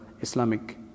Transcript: Islamic